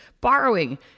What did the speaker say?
borrowing